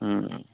हूँ